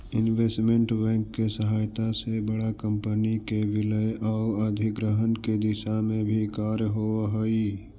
investment bank के सहायता से बड़ा कंपनी के विलय आउ अधिग्रहण के दिशा में भी कार्य होवऽ हइ